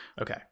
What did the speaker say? okay